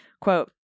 Quote